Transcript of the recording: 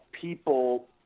people